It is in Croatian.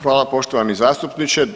Hvala poštovani zastupniče.